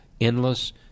endless